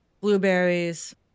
blueberries